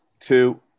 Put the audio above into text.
Two